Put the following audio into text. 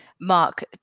Mark